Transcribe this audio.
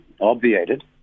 obviated